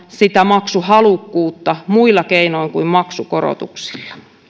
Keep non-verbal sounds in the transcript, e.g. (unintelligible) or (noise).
(unintelligible) sitä maksuhalukkuutta muilla keinoin kuin maksukorotuksilla